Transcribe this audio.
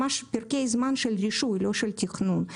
פרקי זמן של אישור, לא של תכנון.